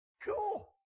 Cool